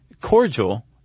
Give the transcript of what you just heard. cordial